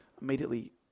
immediately